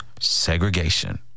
Segregation